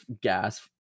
gas